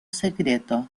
secreto